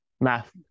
math